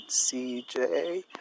CJ